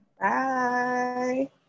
Bye